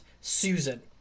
Susan